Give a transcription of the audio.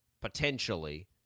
potentially—